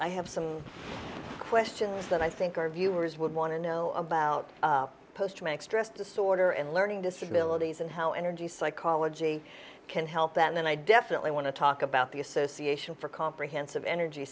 i have some questions that i think our viewers would want to know about post traumatic stress disorder and learning disabilities and how energy psychology can help them and i definitely want to talk about the association for comprehensive energy